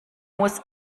muss